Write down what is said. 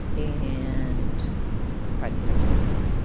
and pride and prejudice